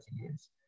years